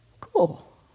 cool